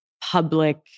public